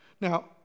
Now